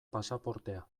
pasaportea